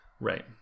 Right